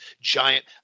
giant